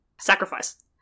Sacrifice